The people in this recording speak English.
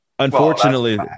Unfortunately